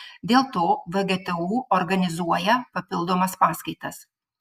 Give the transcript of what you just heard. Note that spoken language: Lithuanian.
dėl to vgtu organizuoja papildomas paskaitas